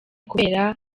kubera